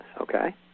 okay